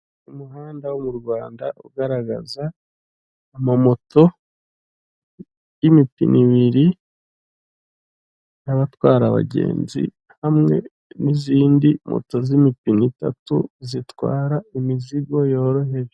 Umuhanda wo mu Rwanda ugaragaza amamoto y'imipine ibiri, n'abatwara abagenzi hamwe n'izindi moto z'imipine itatu zitwara imizigo yoroheje.